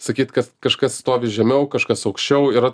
sakyt kad kažkas stovi žemiau kažkas aukščiau yra